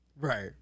right